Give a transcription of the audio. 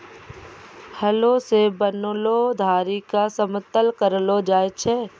हलो सें बनलो धारी क समतल करलो जाय छै?